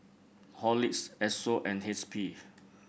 Horlicks Esso and H P